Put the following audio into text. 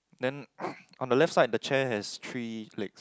then on the left side the chair has three legs